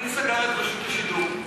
מי סגר את רשות השידור?